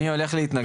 מי הולך להתנגד לזה?